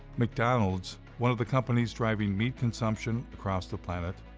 mcdonald's one of the companies driving meat consumption across the planet.